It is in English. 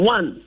One